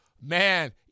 man